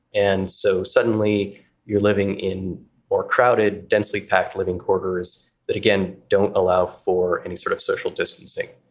and so suddenly you're living in more crowded, densely packed living quarters that, again, don't allow for any sort of social distancing.